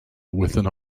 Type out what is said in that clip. within